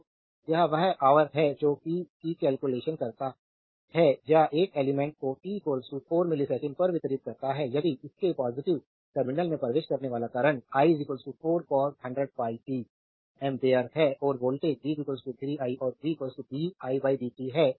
तो यह वह ऑवर है जो p की कैलकुलेशन करता है या एक एलिमेंट्स को t 4 मिलीसेकंड पर वितरित करता है यदि इसके पॉजिटिव टर्मिनल में प्रवेश करने वाला करंट i 4 cos100πt एम्पियर है और वोल्टेज v 3 i और v didt है